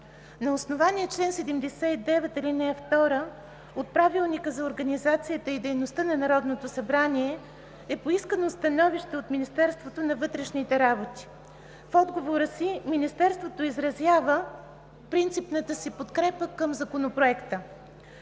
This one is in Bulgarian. На основание чл. 79, ал. 2 от Правилника за организацията и дейността на Народното събрание е поискано становище от Министерството на вътрешните работи. В отговора си Министерството изразява принципната си подкрепа към Законопроекта.